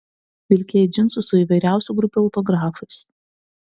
vilkėjai džinsus su įvairiausių grupių autografais